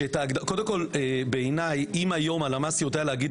קודם כל בעיניי אם היום הלשכה המרכזית לסטטיסטיקה יודעת להגיד